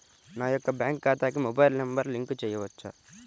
నా యొక్క బ్యాంక్ ఖాతాకి మొబైల్ నంబర్ లింక్ చేయవచ్చా?